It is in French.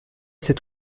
cet